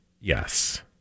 Yes